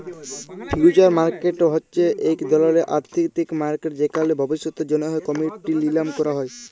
future market হছে ইক ধরলের আথ্থিক মার্কেট যেখালে ভবিষ্যতের জ্যনহে কমডিটি লিলাম ক্যরা হ্যয়